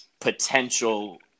potential